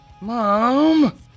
Mom